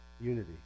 Unity